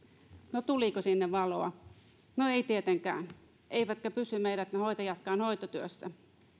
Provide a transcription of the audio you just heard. no tuliko sinne valoa no ei tietenkään eivätkä pysy meidän hoitajammekaan hoitotyössä